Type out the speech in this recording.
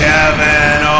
Kevin